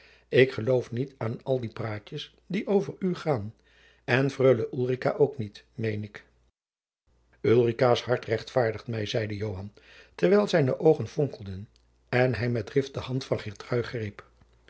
ik geloof niet aan al die praatjens die over u gaan en freule ulrica ook niet meen ik ulricaas hart rechtvaardigt mij zeide joan terwijl zijne oogen fonkelden en hij met drift de hand van